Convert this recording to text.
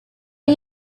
are